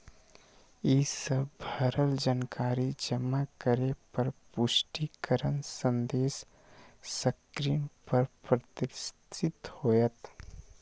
ई सब भरल जानकारी जमा करै पर पुष्टिकरण संदेश स्क्रीन पर प्रदर्शित होयत